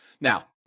Now